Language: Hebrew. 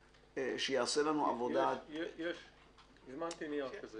שיעשה לנו עבודה --- הזמנתי נייר כזה.